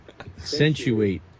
accentuate